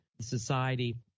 society